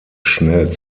schnell